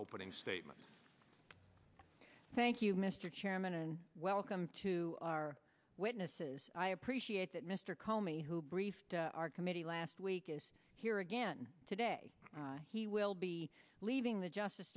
opening statement thank you mr chairman and welcome to our witnesses i appreciate that mr comey who briefed our committee last week is here again today he will be leaving the justice